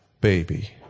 baby